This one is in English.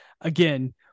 Again